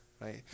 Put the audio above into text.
right